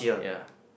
ya